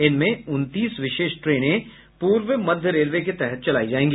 इनमें उनतीस विशेष ट्रेन पूर्व मध्य रेलवे के तहत चलायी जायेगी